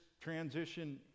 transition